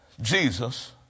Jesus